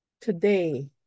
today